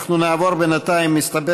אנחנו נעבור בינתיים, מסתבר